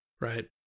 right